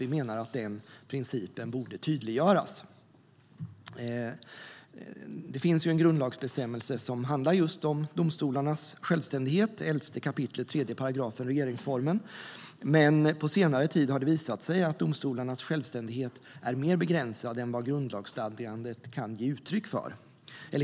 Vi menar att den principen borde tydliggöras. Det finns en grundlagsbestämmelse som handlar just om domstolarnas självständighet: 11 kap. 3 § regeringsformen. Men på senare tid har det visat sig att domstolarnas självständighet är mer begränsad än vad grundlagsstadgandet kan ge intryck av.